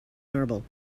marble